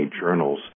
journals